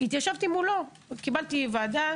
קיבלתי ועדה,